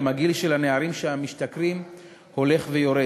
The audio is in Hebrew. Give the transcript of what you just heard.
גם גיל הנערים המשתכרים הולך ויורד,